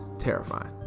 Terrifying